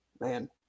man